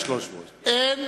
שיהיה 300. היום, 300 נפשות.